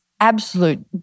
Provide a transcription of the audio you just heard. absolute